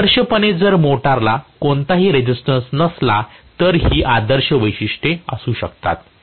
आदर्शपणे जर मोटरला कोणताही रेसिस्टन्स नसता तर ही आदर्श वैशिष्ट्ये असू शकतात